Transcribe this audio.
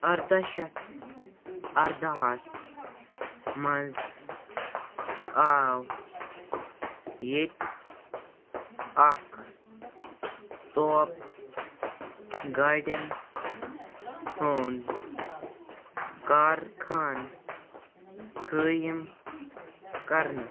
اَرداہ شَتھ اَرداہَس منٛز آو ییٚتہِ اَکھ توپ گاڑٮ۪ن ہُنٛد کارخانہ قٲیِم کَرنہٕ